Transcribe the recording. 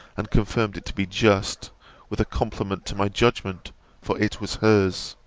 and confirmed it to be just with a compliment to my judgment for it was hers.